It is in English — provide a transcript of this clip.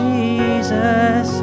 Jesus